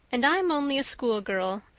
and i'm only a schoolgirl,